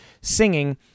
singing